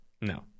No